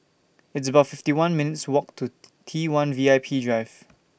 It's about fifty one minutes' Walk to T one V I P Drive